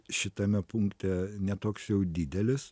šitame punkte ne toks jau didelis